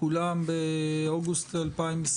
כולם באוגוסט 2022?